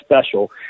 special